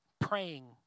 praying